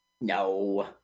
No